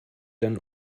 dann